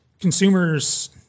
consumers